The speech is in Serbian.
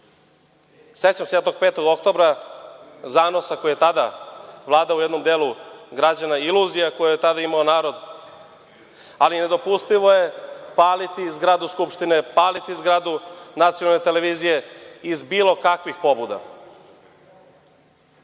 se tog 5. oktobra, zanosa koji je tada vladao u jednom delu građana, iluzije koje je tada imao narod, ali nedopustivo je paliti zgradu Skupštine, paliti zgradu nacionalne televizije iz bilo kakvih pobuna. Toga